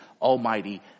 almighty